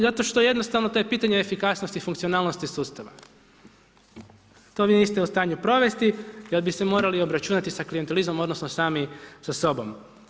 Zato što jednostavno, to je pitanje efikasnosti i funkcionalnosti sustava, to vi niste u stanju provesti, jer bi se morali obračunati sa klijentizmom, odnosno, sami sa sobom.